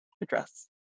address